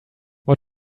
what